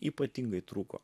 ypatingai trūko